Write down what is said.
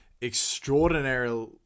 extraordinary